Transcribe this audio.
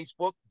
Facebook